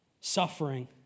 suffering